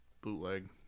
bootleg